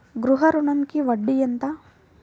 గృహ ఋణంకి వడ్డీ ఎంత?